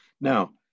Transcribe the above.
Now